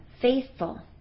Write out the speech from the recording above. faithful